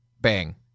Bang